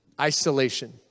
Isolation